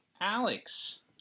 Alex